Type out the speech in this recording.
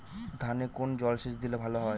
ধানে কোন জলসেচ দিলে ভাল হয়?